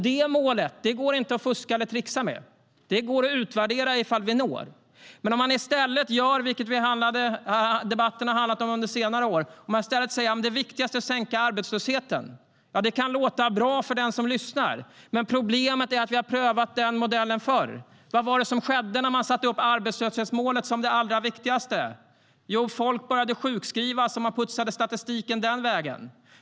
Det målet går det inte att fuska eller tricksa med. Det går att utvärdera ifall vi når det. Men debatten har under senare år handlat om att i stället säga att det viktigaste är att sänka arbetslösheten. Det kan låta bra för den som lyssnar, men problemet är att vi har prövat den modellen förr. Vad var det som skedde när man satte upp arbetslöshetsmålet som det allra viktigaste? Jo, folk började sjukskrivas, och man putsade statistiken den vägen.